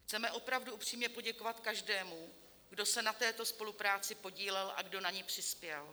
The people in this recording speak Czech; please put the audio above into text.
Chceme opravdu upřímně poděkovat každému, kdo se na této spolupráci podílel a kdo na ni přispěl.